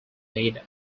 made